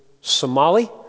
Somali